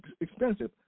expensive